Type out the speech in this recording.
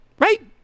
right